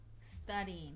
studying